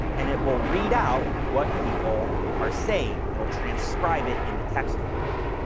and it will read out what people are saying. it will transcribe it into text for you.